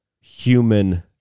human